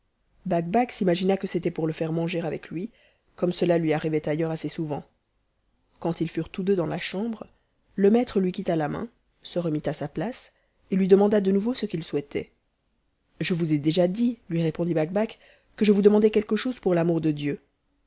bakbac s'imagina que c'était pour le faire manger avec lui comme cela lui arrivait ailleurs assez souvent quand ils furent tous deux dans la chambre le maître lui quitta la main se remit à sa place et lui demanda de nouveau ce qu'il souhaitait je vous ai déjà dit lui répondit bakbac que je vous demandais quelque chose pour l'amour de dieu